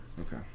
Okay